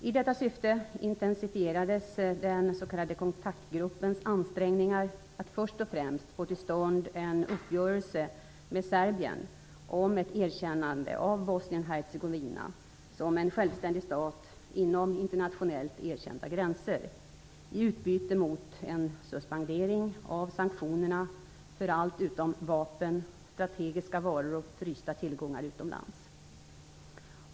I detta syfte intensifierades den s.k. kontaktgruppens ansträngningar att först och främst få till stånd en uppgörelse med Serbien om ett erkännande av Bosnien-Hercegovina som en självständig stat inom internationellt erkända gränser i utbyte mot en suspendering av sanktionerna för allt utom vapen, strategiska varor och frysta tillgångar utomlands.